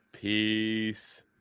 peace